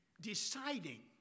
deciding